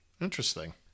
Interesting